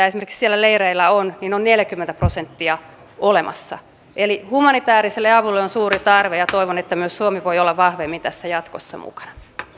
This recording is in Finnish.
esimerkiksi siellä leireillä on tarvetta on vain neljäkymmentä prosenttia olemassa eli humanitääriselle avulle on suuri tarve ja toivon että myös suomi voi olla vahvemmin tässä jatkossa mukana